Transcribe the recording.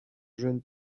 jeune